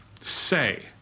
say